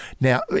now